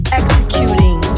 executing